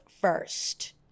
first